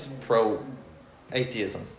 pro-atheism